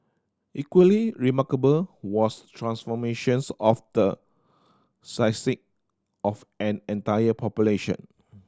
equally remarkable was transformations of the of an entire population